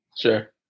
Sure